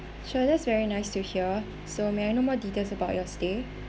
sure that's very nice to hear so may I know more details about your stay